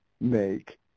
make